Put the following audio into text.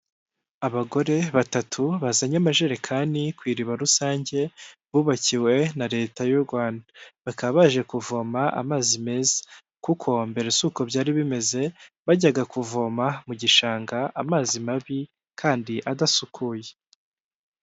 Abagore batatu bazanye amajerekani ku iriba rusange bubakiwe na leta y'u Rwanda bakaba baje kuvoma amazi meza kuko mbere si uko byari bimeze bajyaga kuvoma mu gishanga amazi mabi kandi adasukuye.